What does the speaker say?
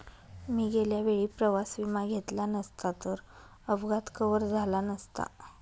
मी गेल्या वेळी प्रवास विमा घेतला नसता तर अपघात कव्हर झाला नसता